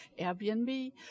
Airbnb